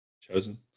Chosen